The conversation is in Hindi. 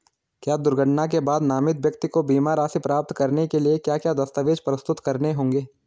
क्या दुर्घटना के बाद नामित व्यक्ति को बीमा राशि प्राप्त करने के लिए क्या क्या दस्तावेज़ प्रस्तुत करने होंगे?